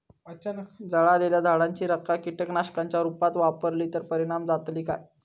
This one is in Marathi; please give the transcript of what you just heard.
जळालेल्या झाडाची रखा कीटकनाशकांच्या रुपात वापरली तर परिणाम जातली काय?